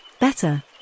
Better